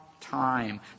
time